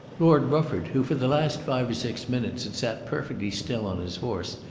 lord rufford, who for the last five or six minutes had sat perfectly still on his horse,